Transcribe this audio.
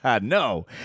No